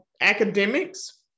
academics